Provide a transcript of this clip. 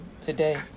today